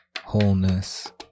wholeness